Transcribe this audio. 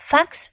Fox